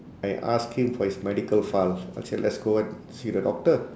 I ask him for his medical files I say let's go and see the doctor